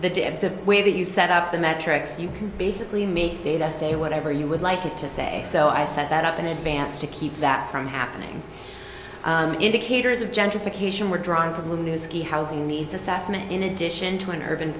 of the way that you set up the metrics you can basically make data say whatever you would like it to say so i set that up in advance to keep that from happening indicators of gentrification were drawn from new ski housing needs assessment in addition to an urban